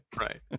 Right